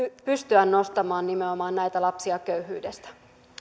pystyisimme nostamaan nimenomaan näitä lapsia köyhyydestä